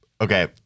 Okay